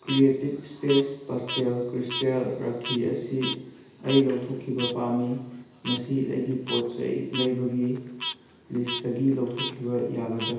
creative space pastel crystal ꯔꯥꯈꯤ ꯑꯁꯤ ꯑꯩ ꯂꯧꯊꯣꯛꯈꯤꯕ ꯄꯥꯝꯃꯤ ꯃꯁꯤ ꯑꯩꯒꯤ ꯄꯣꯠ ꯆꯩ ꯂꯩꯕꯒꯤ ꯂꯤꯁꯇꯒꯤ ꯂꯧꯊꯣꯛꯈꯤꯕ ꯌꯥꯒꯗ꯭ꯔ